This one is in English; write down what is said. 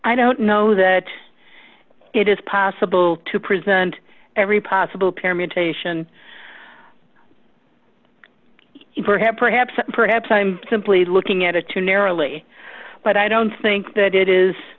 i don't know that it is possible to present every possible pair mutation perhaps perhaps perhaps i'm simply looking at it too narrowly but i don't think that it is